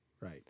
Right